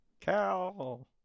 Cow